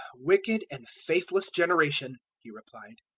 wicked and faithless generation! he replied,